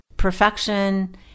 perfection